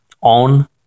On